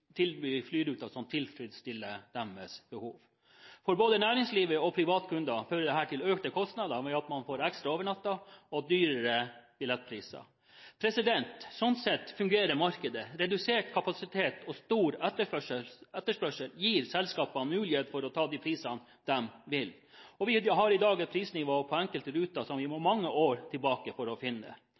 tilby flyruter som tilfredsstiller deres behov. For både næringslivet og private kunder fører dette til økte kostnader ved at man får ekstra overnattinger og dyrere billettpriser. Sånn sett fungerer markedet. Redusert kapasitet og stor etterspørsel gir selskapene muligheter til å ta de prisene de vil. Vi har i dag et prisnivå på enkelte ruter som vi må mange år tilbake for å finne.